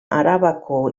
arabako